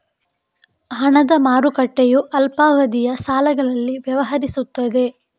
ಹಣದ ಮಾರುಕಟ್ಟೆಯು ಅಲ್ಪಾವಧಿಯ ಸಾಲಗಳಲ್ಲಿ ವ್ಯವಹರಿಸುತ್ತದೆ